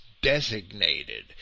Designated